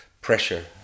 pressure